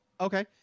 Okay